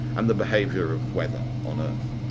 and the behaviour of weather on earth.